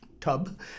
tub